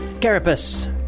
carapace